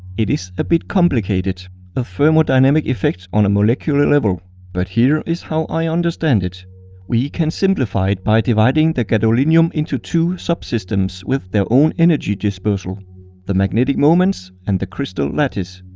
it is a bit complicated a thermodynamic effect on a molecular level but here is how i understand it we can simplify it by dividing the gadolinium into two subsystems with their own energy dispersal the magnetic moments and the crystal lattice.